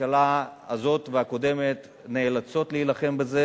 הממשלה הזו והקודמת נאלצות להילחם בזה,